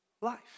life